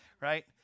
Right